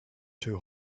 two